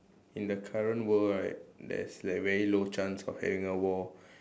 in the current world right there's like very low chance of having a war